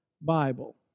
Bible